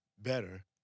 better